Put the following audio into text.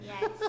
Yes